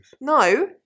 No